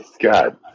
god